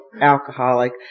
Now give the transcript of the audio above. alcoholic